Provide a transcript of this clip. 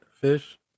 fish